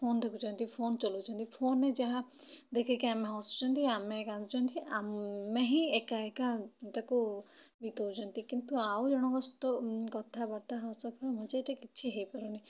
phone ଦେଖୁଛନ୍ତି phone ଚଲଉଛନ୍ତି phone ରେ ଯାହା ଦେଖିକି ଆମେ ହସୁଛନ୍ତି ଆମେ କାନ୍ଦୁଛନ୍ତି ଆମେ ହିଁ ଏକା ଏକା ତାକୁ ବିତଉଛନ୍ତି କିନ୍ତୁ ଆଉ ଜଣକ ସହିତ କଥାବାର୍ତ୍ତା ହସ ଖେଳ ମଜା ଏଇଟା କିଛି ହେଇପାରୁନି